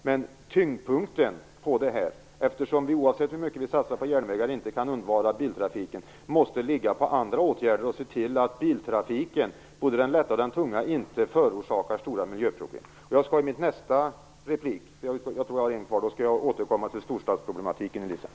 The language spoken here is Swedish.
Men tyngdpunkten - eftersom vi, oavsett hur mycket vi satsar på järnvägar, inte kan undvara biltrafiken - måste ligga på andra åtgärder för att se till att både den lätta och tunga biltrafiken inte förorsakar stora miljöproblem. I min nästa replik skall jag återkomma till storstadsproblemen, Elisa Abascal Reyes.